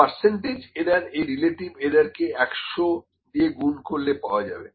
percentage error এই relative error কে একশো দিয়ে গুন করলে পাওয়া যাবে